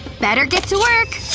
better get to work!